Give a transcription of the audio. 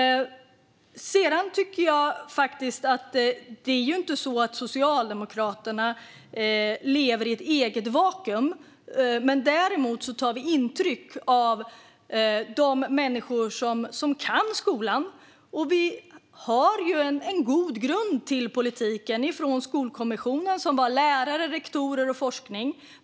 Sedan är det inte så att Socialdemokraterna lever i ett vakuum. Vi tar intryck av de människor som kan skolan. Vi har en god grund för politiken i och med Skolkommissionen - det var lärare, rektorer och forskare.